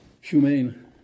humane